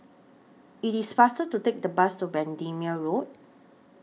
IT IS faster to Take The Bus to Bendemeer Road